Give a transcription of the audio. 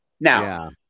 Now